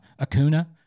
Acuna